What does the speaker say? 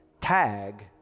tag